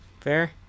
Fair